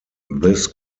this